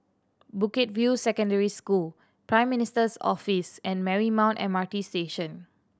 Bukit View Secondary School Prime Minister's Office and Marymount M R T Station